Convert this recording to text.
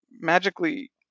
magically